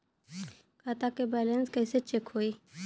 खता के बैलेंस कइसे चेक होई?